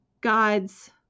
God's